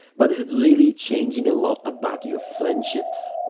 but is it really changing a lot about your friendships?